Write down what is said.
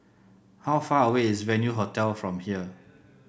how far away is Venue Hotel from here